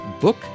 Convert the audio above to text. book